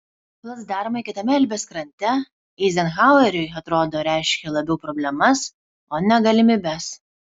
placdarmai kitame elbės krante eizenhaueriui atrodo reiškė labiau problemas o ne galimybes